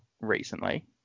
recently